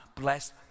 Bless